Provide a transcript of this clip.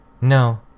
No